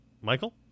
Michael